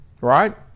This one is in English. right